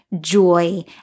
joy